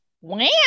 wham